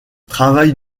travail